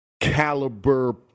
caliber